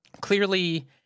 clearly